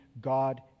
God